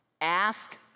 ask